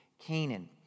Canaan